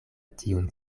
tiun